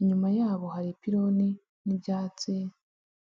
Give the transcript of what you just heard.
inyuma yabo hari ipiloni n'ibyatsi.